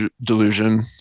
delusion